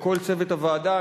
לכל צוות הוועדה.